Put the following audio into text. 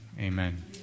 Amen